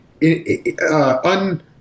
un-